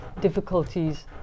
difficulties